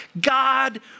God